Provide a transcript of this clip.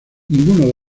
ninguno